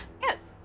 yes